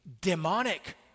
demonic